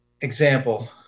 example